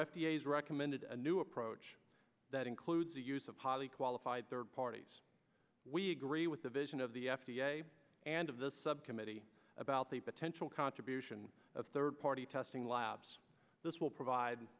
has recommended a new approach that includes the use of highly qualified third parties we agree with the vision of the f d a and of the subcommittee about the potential contribution of third party testing labs this will provide